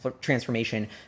transformation